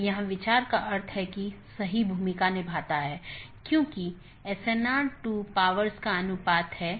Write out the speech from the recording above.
तो इसका मतलब यह है कि यह प्रतिक्रिया नहीं दे रहा है या कुछ अन्य त्रुटि स्थिति उत्पन्न हो रही है